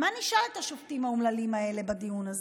מה נשאל את השופטים האומללים האלה בדיון הזה?